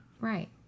Right